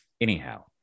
Anyhow